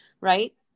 right